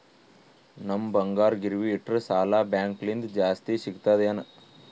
ನಮ್ ಬಂಗಾರ ಗಿರವಿ ಇಟ್ಟರ ಸಾಲ ಬ್ಯಾಂಕ ಲಿಂದ ಜಾಸ್ತಿ ಸಿಗ್ತದಾ ಏನ್?